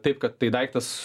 taip kad tai daiktas